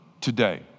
today